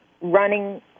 running